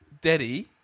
Daddy